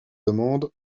demande